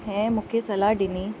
ऐं मूंखे सलाह ॾिनी